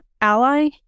ally